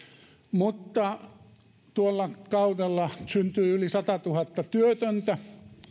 mutta tuolla kaudella tuli yli satatuhatta työtöntä